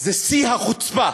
זה שיא החוצפה.